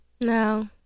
No